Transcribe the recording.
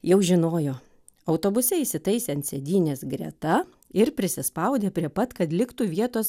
jau žinojo autobuse įsitaisė ant sėdynės greta ir prisispaudė prie pat kad liktų vietos